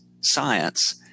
science